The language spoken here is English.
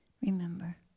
remember